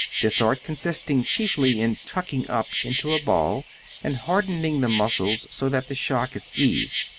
this art consisting chiefly in tucking up into a ball and hardening the muscles so that the shock is eased.